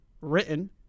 written